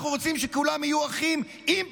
אנחנו רוצים שכולם יהיו אחים עם פרחים,